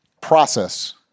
process